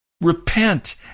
Repent